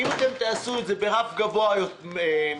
אם תעשו את זה ברף גבוה מדי,